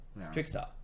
trickstar